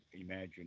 imagine